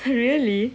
really